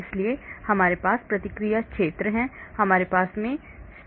इसलिए हमारे पास प्रतिक्रिया क्षेत्र है हमारे यहां stochastic dynamics है